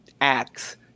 acts